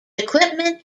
equipment